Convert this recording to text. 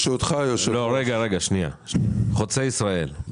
חוצה ישראל,